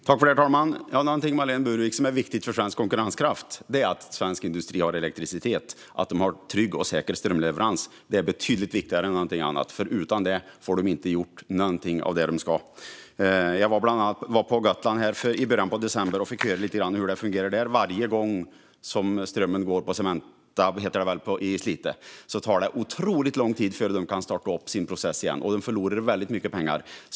Herr talman! Något som är viktigt för svensk konkurrenskraft är att svensk industri har elektricitet och trygg och säker strömleverans. Det är betydligt viktigare än något annat, för utan detta får de inte gjort något av det de ska. Jag var på Gotland i början av december och fick höra lite grann om hur det fungerar varje gång strömmen går på Cementa i Slite. Det tar otroligt lång tid innan de kan starta upp sin process igen, och de förlorar väldigt mycket pengar.